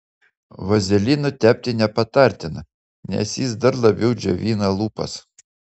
vazelinu tepti nepatartina nes jis dar labiau džiovina lūpas